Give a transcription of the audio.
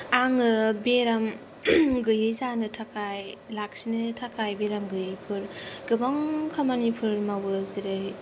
आङो बेराम गैयै जानो थाखाय लाखिनायनि थाखाय बेराम गैयैफोर गोबां खामानिफोर मावो जेरै